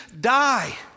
die